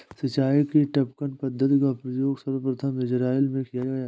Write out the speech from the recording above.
सिंचाई की टपकन पद्धति का प्रयोग सर्वप्रथम इज़राइल में किया गया